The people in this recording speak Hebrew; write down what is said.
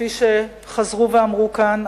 כפי שחזרו ואמרו כאן,